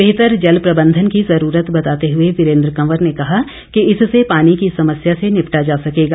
बेहतर जल प्रबंधन की जरूरत बताते हुए वीरेंद्र कंवर ने कहा कि इससे पानी की समस्या से निपटा जा सकेगा